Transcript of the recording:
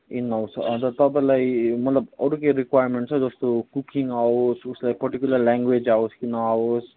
in house हजुर तपाईँलाई मतलब अरू केही रिक्वारमेन्ट छ जस्तो कुकिङ आवोस् उसलाई पर्टिकुलर ल्याङ्ग्वेज आवोस् कि नआवोस्